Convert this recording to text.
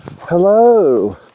Hello